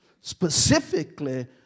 Specifically